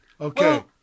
okay